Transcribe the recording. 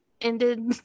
ended